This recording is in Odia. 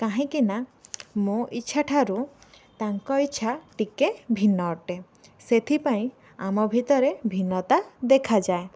କାହିଁକି ନା ମୋ ଇଚ୍ଛା ଠାରୁ ତାଙ୍କ ଇଚ୍ଛା ଟିକିଏ ଭିନ୍ନ ଅଟେ ସେଥିପାଇଁ ଆମ ଭିତରେ ଭିନ୍ନତା ଦେଖାଯାଏ